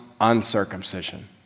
uncircumcision